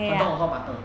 her dog is called butter